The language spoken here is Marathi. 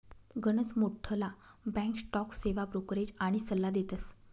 गनच मोठ्ठला बॅक स्टॉक सेवा ब्रोकरेज आनी सल्ला देतस